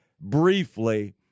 briefly